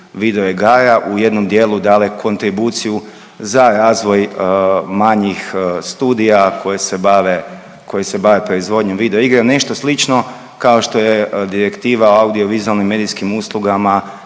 video igara u jednom dijelu dale kontribuciju za razvoj manjih studija koje se bave, koji se bave proizvodnjom video igre. Nešto slično kao što je direktiva audio vizualnim medijskim uslugama